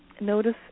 Notice